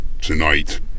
tonight